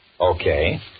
Okay